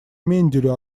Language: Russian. менделю